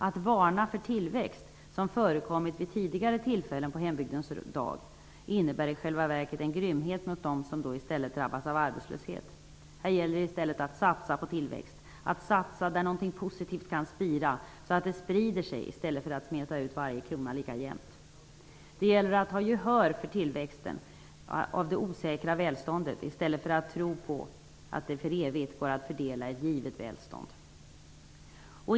Att varna för tillväxt, något som förekommit vid tidigare tillfällen på hembygdens dag, innebär i själva verket en grymhet mot dem som drabbas av arbetslöshet. Här gäller det i stället att satsa på tillväxt, att satsa där någonting positivt kan spira, så att det blir en spridning i stället för en jämn utsmetning av varje krona. Det gäller att ha gehör för tillväxten av det osäkra välståndet i stället för att tro på att det för evigt går att fördela ett givet välstånd.